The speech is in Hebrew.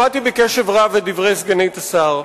שמעתי בקשב רב את דברי סגנית השר,